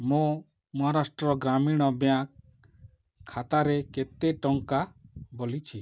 ମୋ ମହାରାଷ୍ଟ୍ର ଗ୍ରାମୀଣ ବ୍ୟାଙ୍କ୍ ଖାତାରେ କେତେ ଟଙ୍କା ବଳିଛି